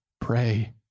pray